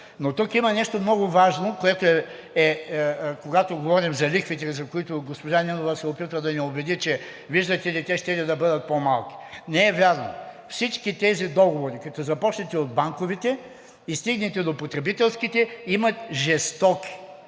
Но тук има нещо много важно, което е, когато говорим за лихвите, за които госпожа Нинова се опитва да ни убеди, че, виждате ли, те щели да бъдат по-малки. Не е вярно! Всички тези договори, като започнете от банковите и стигнете до потребителските, имат жестоки